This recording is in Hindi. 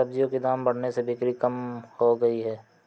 सब्जियों के दाम बढ़ने से बिक्री कम हो गयी है